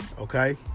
Okay